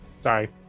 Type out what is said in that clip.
Sorry